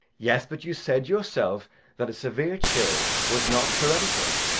yes, but you said yourself that a severe chill was not hereditary.